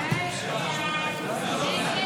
התשפ"ג 2023,